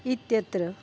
इत्यत्र